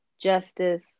justice